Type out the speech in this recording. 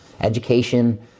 Education